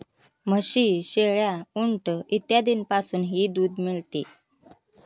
म्हशी, शेळ्या, उंट इत्यादींपासूनही दूध मिळते